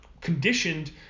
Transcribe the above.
conditioned